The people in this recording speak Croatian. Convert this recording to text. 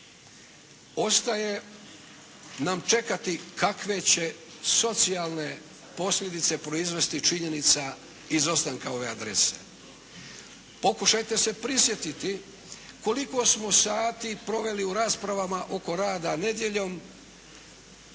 Ostaje nam čekati kakve će socijalne posljedice proizvesti činjenica izostanka ove adrese. Pokušajte se prisjetiti koliko smo sati proveli u raspravama oko rada nedjeljom,